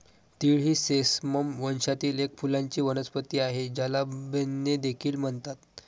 तीळ ही सेसमम वंशातील एक फुलांची वनस्पती आहे, ज्याला बेन्ने देखील म्हणतात